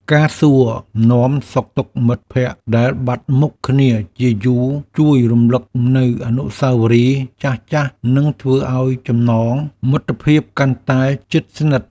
ការសួរនាំសុខទុក្ខមិត្តភក្តិដែលបាត់មុខគ្នាជាយូរជួយរំលឹកនូវអនុស្សាវរីយ៍ចាស់ៗនិងធ្វើឱ្យចំណងមិត្តភាពកាន់តែជិតស្និទ្ធ។